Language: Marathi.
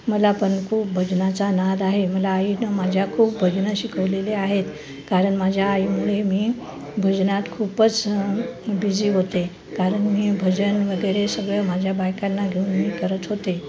मला पण खूप भजनाचा नाद आहे मला आईनं माझ्या खूप भजनं शिकवलेले आहेत कारण माझ्या आईमुळे मी भजनात खूपच बिझी होते कारण मी भजन वगैरे सगळं माझ्या बायकांना घेऊन मी करत होते